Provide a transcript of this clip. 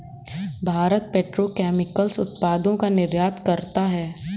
Bharat petrochemicals उत्पादों का निर्यात करता है